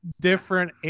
different